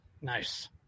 nice